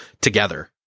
together